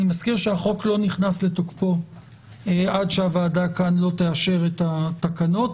אני מזכיר שהחוק לא נכנס לתוקפו עד שהוועדה לא תאשר את התקנות,